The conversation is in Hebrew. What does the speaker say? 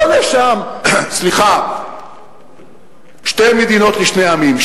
לא לשם, שתי מדינות לשני עמים.